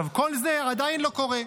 כל זה עדיין לא קורה.